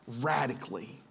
radically